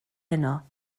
heno